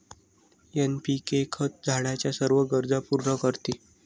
NPK खत झाडाच्या सर्व गरजा पूर्ण करते